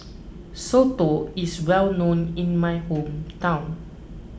Soto is well known in my hometown